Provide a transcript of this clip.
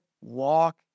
walk